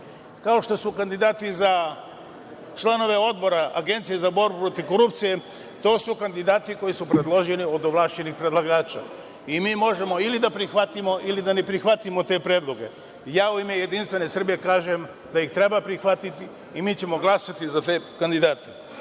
kao što su kandidati iza članova odbora Agencije za borbu protiv korupcije, to su kandidati koji su predloženi od ovlašćenih predlagača i mi možemo ili da prihvatimo ili da ne prihvatimo te predloge.U ime Jedinstvene Srbije kažem da ih treba prihvatiti i mi ćemo glasati za te kandidate.Međutim,